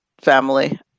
family